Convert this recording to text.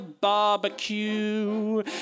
barbecue